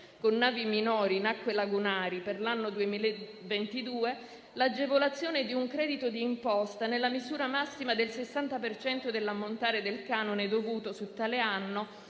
con navi minori in acque lagunari per l'anno 2022 l'agevolazione di un credito di imposta nella misura massima del 60 per cento dell'ammontare del canone dovuto su tale anno